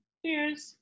Cheers